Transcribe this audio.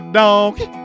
donkey